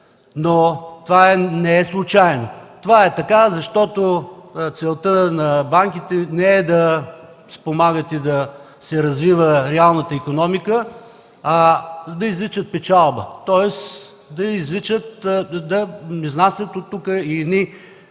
Това не е случайно. Това е така, защото целта на банките не е да спомагат и да се развива реалната икономика, а да извличат печалба, тоест семейства и